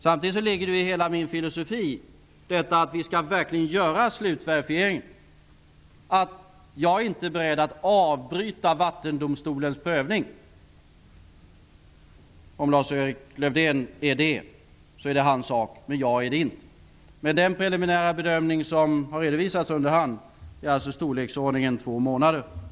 Samtidigt ligger det i hela min filosofi att vi verkligen skall göra slutverifieringen, och jag är inte beredd att avbryta Vattendomstolens prövning. Om Lars-Erik Lövdén är beredd att göra det, är det hans sak, men jag är det inte. Den preliminära bedömning som har redovisats under hand är alltså att det kommer att ta i storleksordningen två månader.